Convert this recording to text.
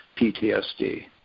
PTSD